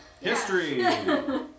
History